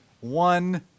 One